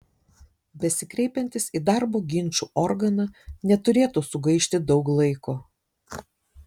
besikreipiantys į darbo ginčų organą neturėtų sugaišti daug laiko